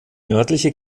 nördliche